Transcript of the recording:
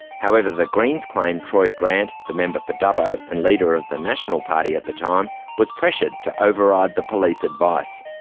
however, the greens claim troy grant the member for dubbo and leader of the national party at the time was pressured to override the police advice.